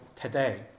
today